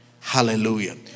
Hallelujah